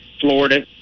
Florida